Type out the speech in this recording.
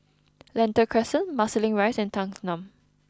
Lentor Crescent Marsiling Rise and Thanggam